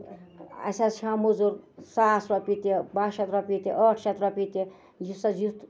اَسہِ حظ چھُ ہیوان موزوٗر ساس رۄپیہِ تہِ باہ شَتھ رۄپییہِ تہِ ٲٹھ شَتھ رۄپییہِ تہِ یُس حظ یُتھ